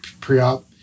pre-op